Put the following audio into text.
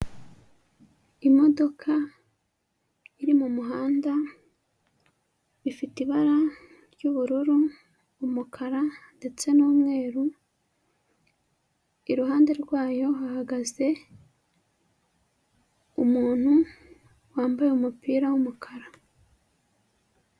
Imodoka iri mu muhanda ifite ibara ry'ubururu, umukara ndetse n'umweru, iruhande rwayo hahagaze umuntu wambaye umupira w'umukara.